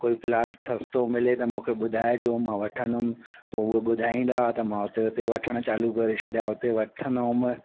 कोई प्लाट सस्तो मिले त मूंखे ॿुधाइजो मां वठंदुमि पोइ उहे ॿुधाईंदा हुआ त मां हुते हुते वठणु चालू करे छॾिया हुते वठंदो हुउमि